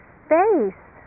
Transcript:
space